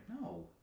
No